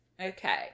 Okay